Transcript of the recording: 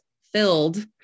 filled